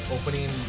opening